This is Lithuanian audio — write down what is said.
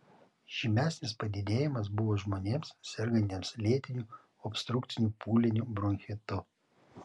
žymesnis padidėjimas buvo žmonėms sergantiems lėtiniu obstrukciniu pūliniu bronchitu